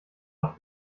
auch